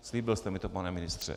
Slíbil jste mi to, pane ministře.